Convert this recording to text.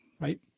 right